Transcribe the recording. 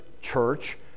church